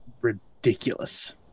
ridiculous